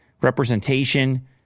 Representation